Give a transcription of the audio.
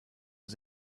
was